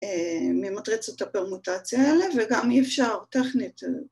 ‫ממטריצות הפרמוטציה האלה, ‫וגם אי אפשר טכנית.